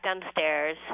downstairs